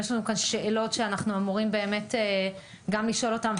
יש לנו כאן שאלות שאנחנו אמורים באמת גם לשאול אותן,